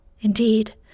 Indeed